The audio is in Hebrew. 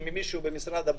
בתי